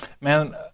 man